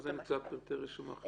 מה זה נקרא "פרטי רישום אחרים"?